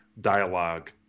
dialogue